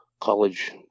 college